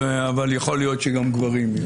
אבל יכול להיות שיש גם גברים.